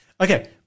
Okay